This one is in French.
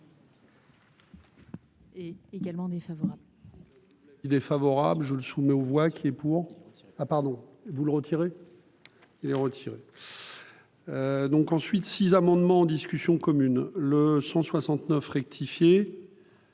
Est également défavorable.